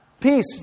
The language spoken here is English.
Peace